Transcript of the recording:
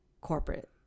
corporate